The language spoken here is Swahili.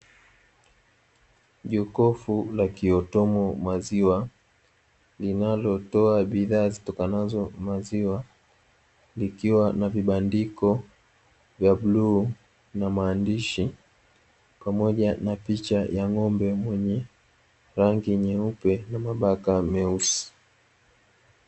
Jokofu la kiotomo maziwa linalotoa bidhaa zitokanazo maziwa likiwa na vibandiko vya bluu, na maandishi pamoja na picha ya ng'ombe mwenye rangi nyeupe na mabaka meusi.